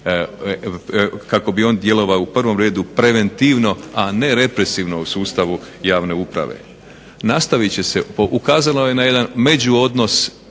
kako bi on djelovao u prvom redu preventivno a ne represivno u sustavu javne uprave. Ukazalo je na jedan međuodnos